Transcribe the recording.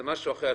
זה משהו אחר.